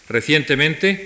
Recientemente